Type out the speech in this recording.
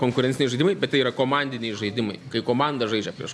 konkurenciniai žaidimai bet tai yra komandiniai žaidimai kai komanda žaidžia prieš